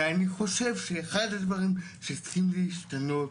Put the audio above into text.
ואני חושב שאחד הדברים שצריכים להשתנות